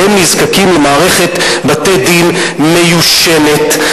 והם נזקקים למערכת בתי-דין מיושנת,